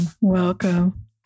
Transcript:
Welcome